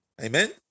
Amen